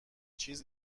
چیز